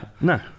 No